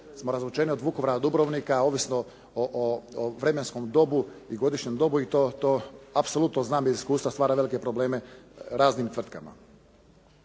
smo razvučeni od Vukovara do Dubrovnika ovisno o vremenskom dobu i godišnjem dobu i to apsolutno znam iz iskustva stvara velike probleme raznim tvrtkama.